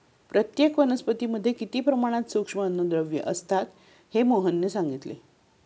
प्रत्येक वनस्पतीमध्ये किती प्रमाणात सूक्ष्म अन्नद्रव्ये असतात हे मोहनने सांगितले